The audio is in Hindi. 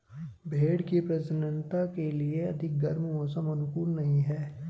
भेंड़ की प्रजननता के लिए अधिक गर्म मौसम अनुकूल नहीं है